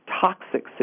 toxic